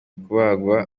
kubagwa